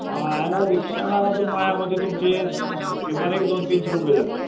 हा आहे ना रिक्षानं आला तर माझ्यामते तुमचे दोनशे किमान एक दोन तीनशे रुपये जातील